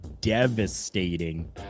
devastating